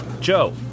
Joe